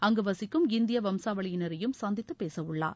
அங்கு வசிக்கும் இந்திய வம்சாவளியினரையும் சந்தித்து பேசவுள்ளார்